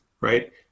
right